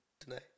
tonight